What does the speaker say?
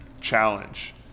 challenge